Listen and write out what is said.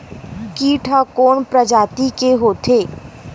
कीट ह कोन प्रजाति के होथे?